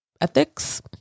ethics